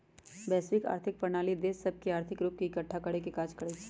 वैश्विक आर्थिक प्रणाली देश सभके आर्थिक रूप से एकठ्ठा करेके काज करइ छै